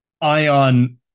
ion